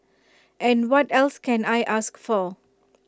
and what else can I ask for